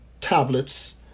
tablets